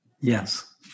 Yes